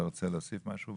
אתה רוצה להוסיף משהו?